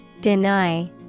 Deny